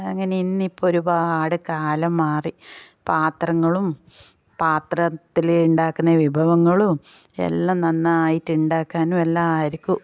അങ്ങനെ ഇന്നിപ്പോൾ ഒരുപാട് കാലം മാറി പാത്രങ്ങളും പാത്രത്തിൽ ഉണ്ടാക്കുന്ന വിഭവങ്ങളും എല്ലാം നന്നായിട്ട് ഉണ്ടാക്കാനും എല്ലാവർക്കും